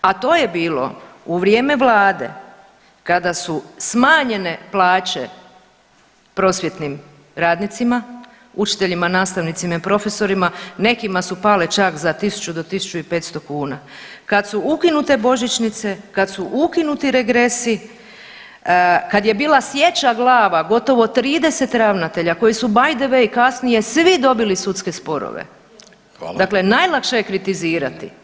A to je bilo u vrijeme vlade kada su smanjene plaće prosvjetnim radnicima, učiteljima, nastavnicima i profesorima, nekima su pale čak za 1.000 do 1.500 kuna, kad su ukinute božićnice, kad su ukinuti regresi, kad je bila sjeća glava, gotovo 30 ravnatelja koji su by the way kasnije svi dobili sudske sporove [[Upadica: Hvala.]] dakle najlakše je kritizirati.